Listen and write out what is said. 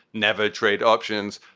never trade options.